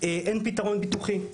אין פיתרון ביטוחי,